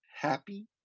happy